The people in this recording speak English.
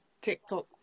TikTok